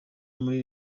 muri